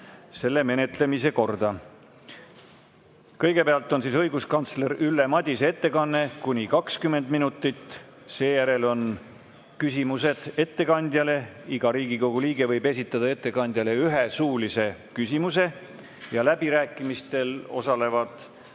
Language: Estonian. selle menetlemise korda. Kõigepealt on õiguskantsler Ülle Madise ettekanne kuni 20 minutit. Seejärel on küsimused ettekandjale. Iga Riigikogu liige võib esitada ettekandjale ühe suulise küsimuse ja läbirääkimistel osalevad